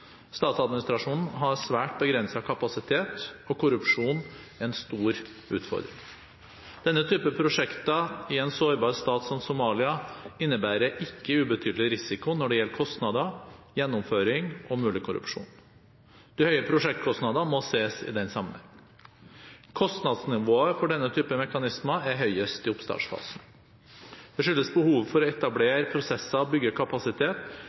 Statsadministrasjonen har svært begrenset kapasitet, og korrupsjon er en stor utfordring. Denne typen prosjekter i en sårbar stat som Somalia innebærer en ikke ubetydelig risiko når det gjelder kostnader, gjennomføring og mulig korrupsjon. De høye prosjektkostnadene må ses i den sammenhengen. Kostnadsnivået for denne typen mekanismer er høyest i oppstartsfasen. Det skyldes behovet for å